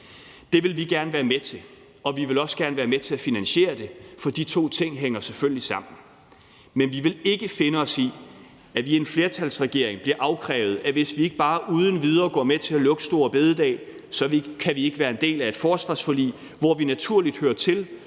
Det vil vi gerne være med til, og vi vil også gerne være med til at finansiere det, for de to ting hænger selvfølgelig sammen. Men vi vil ikke finde os i, at vi af en flertalsregering bliver afkrævet, at hvis vi ikke bare uden videre går med til at lukke ned for store bededag, så kan vi ikke være en del af et forsvarsforlig, som vi naturligt hører til,